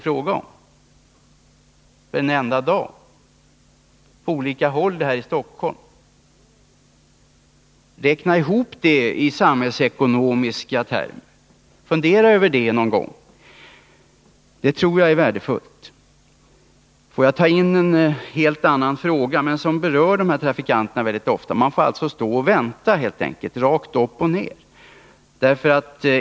Vad betyder inte det räknat i samhällsekonomiska termer? Jag tror det vore värdefullt att fundera över det någon gång. Resenärerna får alltså stå och vänta rakt upp och ner.